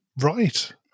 Right